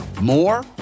more